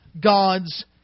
God's